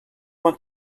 want